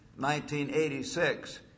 1986